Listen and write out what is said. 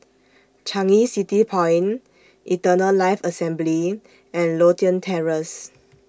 Changi City Point Eternal Life Assembly and Lothian Terrace